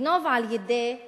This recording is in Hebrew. לגנוב על-ידי תכנון.